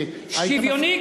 שוויוני,